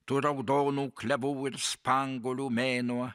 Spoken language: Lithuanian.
tu raudonų klevų ir spanguolių mėnuo